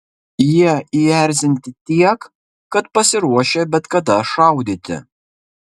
jie įerzinti tiek kad pasiruošę bet kada šaudyti